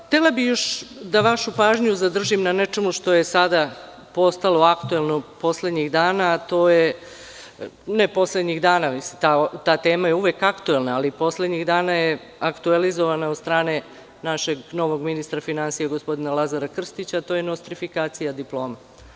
Htela bih još da vašu pažnju zadržim na nečemu što je sada postalo aktuelno, poslednjih dana, ta tema je uvek aktuelna, ali poslednjih dana je aktuelizovana od strane našeg novog ministra finansija, gospodina Lazara Krstića, a to je nostrifikacija diploma.